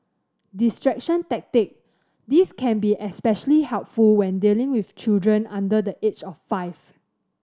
distraction tactic this can be especially helpful when dealing with children under the age of five